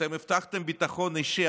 אתם הבטחתם ביטחון אישי.